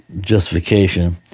justification